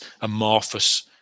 amorphous